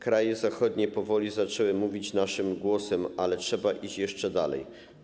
Kraje zachodnie powoli zaczęły mówić naszym głosem, ale trzeba iść jeszcze dalej.